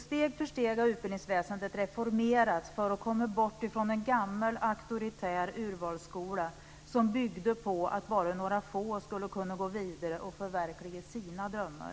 Steg för steg har utbildningsväsendet reformerats för att man skulle komma bort från en gammal auktoritär urvalsskola, som byggde på att bara några skulle kunna gå vidare och förverkliga sina drömmar.